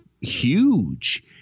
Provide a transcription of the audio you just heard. huge